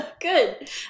Good